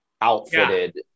outfitted